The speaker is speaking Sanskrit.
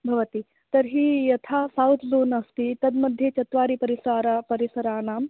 भवति तर्हि यथा सौत् ज़ोन् अस्ति तद् मध्ये चत्वारि परिसार परिसराणां